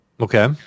Okay